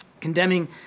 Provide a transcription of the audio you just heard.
condemning